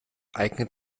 eignet